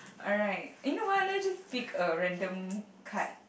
alright eh you know what let's just pick a random card